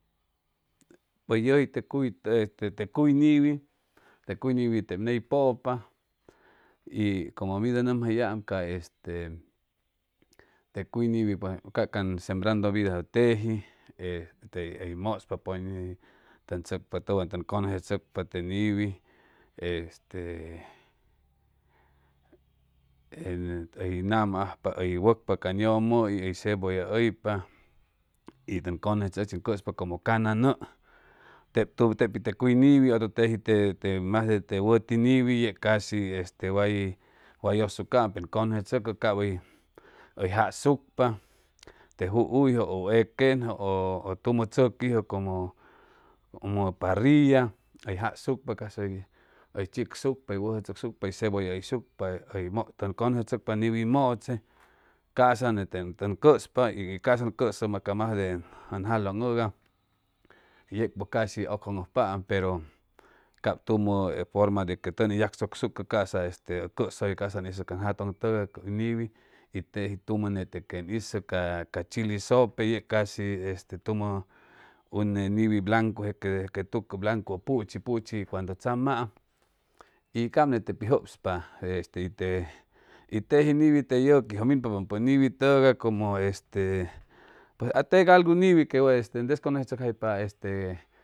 Pues yʉji te cuy este te cuy niwi te cuy niwi ney pʉpa y como mid ʉn nʉmjayaam ca este te cuy niwi ca can sembrando vidajʉ teji ee hʉy mʉspa pʉñʉji tʉn tzʉcpa pues tʉwan tʉn cʉnʉcechʉcpa te niwi este hʉy nama ajpa hʉy wʉcpa can yʉmʉis hʉy cebolla hʉypa y tʉn ʉchi ʉn cʉnʉcechʉcpa como cana nʉʉ tep pi te cuy niwi otro teji te te majde te wʉti niwi yeg casi este way way yʉsucaam pen cʉnʉcechʉcʉ cap hʉy hʉy jasucpa te juhuyjʉ ʉ equenjʉ ʉ tumʉ tzʉquijʉ como como parilla hʉy jasucpa cas hʉy hʉy chicsucpa hʉy wʉjʉ chʉcsuycpa hʉy cebolla hʉyshucpa hʉy mʉt tʉn cʉcʉcechʉcpa niwi mʉche ca'sa nete tʉn cʉspa y ca'sa ʉn cʉsʉ ca ca majde ʉn jalʉŋ hʉga yeg pues casi ʉcjʉŋʉjpaam pero cap tumʉ forma de que tʉn ni yagchʉcsucʉ ca'sa este ʉ cʉsʉyʉ ca'sa ʉn hizʉ can jatʉŋ tʉgay niwi y teji tumʉ nete quen hizʉ ca ca chili sʉpe yeg casi este tumʉ une niwi blancu que que tucʉ blancu puchi puchi cuando tzamaam y cap nete pi jʉpspa este y te teji niwi te yʉquijʉ minpapʉ niwi tʉgay como este pues teg algu niwi que este descʉnʉcechʉcjaypa este